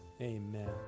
amen